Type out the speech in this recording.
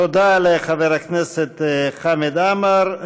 תודה לחבר הכנסת חמד עמאר.